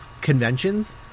conventions